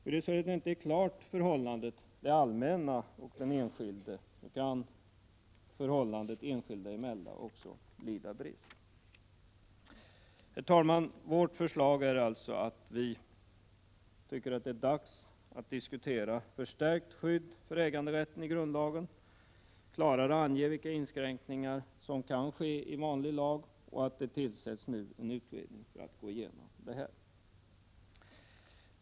Om förhållandet mellan det allmänna och den enskilde inte är klart kan förhållandet enskilda emellan också påverkas. Herr talman! Vårt förslag är alltså att man skall diskutera en förstärkning av skyddet för egendomsrätten i grundlagen och klarare ange vilka inskränkningar som kan ske i vanlig lag. Vi föreslår att det nu tillsätts en utredning för att gå igenom detta.